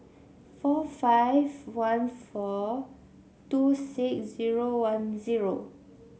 four five one four two six zero one zero